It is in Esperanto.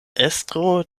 estro